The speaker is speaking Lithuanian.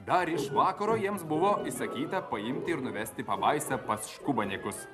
dar iš vakaro jiems buvo įsakyta paimti ir nuvesti pabaisą pas škubanėkus